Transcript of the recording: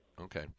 Okay